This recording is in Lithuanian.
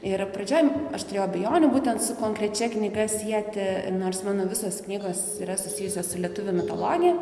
ir pradžioj aš turėjau abejonių būtent su konkrečia knyga sieti nors mano visos knygos yra susijusios su lietuvių mitologija